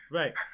right